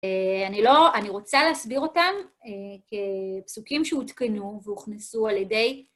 אני לא, אני רוצה להסביר אותם כפסוקים שהותקנו והוכנסו על ידי...